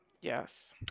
Yes